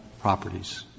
properties